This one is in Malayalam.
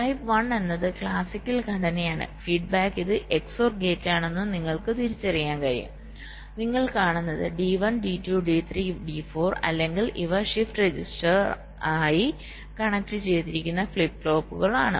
ടൈപ്പ് വൺ എന്നത് ക്ലാസിക്കൽ ഘടനയാണ് ഫീഡ്ബാക്ക് ഇത് XOR ഗേറ്റ് ആണെന്ന് നിങ്ങൾക്ക് തിരിച്ചറിയാൻ കഴിയും നിങ്ങൾ കാണുന്നത് D1 D2 D3 D4 അല്ലെങ്കിൽ ഇവ ഷിഫ്റ്റ് രജിസ്റ്ററായി കണക്റ്റുചെയ്തിരിക്കുന്ന ഫ്ലിപ്പ് ഫ്ലോപ്പുകൾ ആണ്